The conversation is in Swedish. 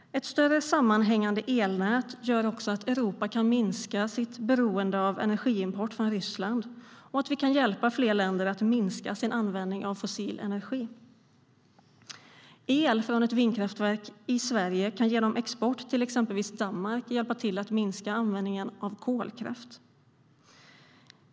Ett större sammanhängande elnät gör också att Europa kan minska sitt beroende av energiimport från Ryssland och att vi kan hjälpa fler länder att minska sin användning av fossil energi. El från ett vindkraftverk i Sverige kan genom export till exempelvis Danmark hjälpa till att minska användningen av kolkraft.